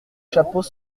chapeaux